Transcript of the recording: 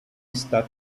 está